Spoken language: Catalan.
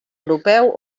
europeu